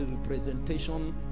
representation